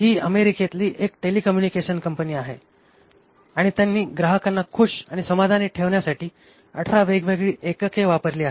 ही अमेरिकेतली एक telecommunication company आहे आणि त्यांनी ग्राहकांना खुश आणि समाधानी ठेवण्यासाठी अठरा वेगवेगळी एकके वापरली आहेत